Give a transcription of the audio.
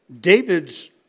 David's